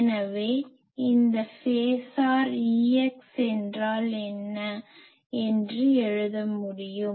எனவே இந்த phasor Ex என்றால் என்ன என்று எழுத முடியும்